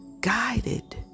guided